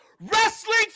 wrestling